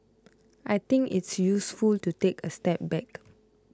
I think it's useful to take a step back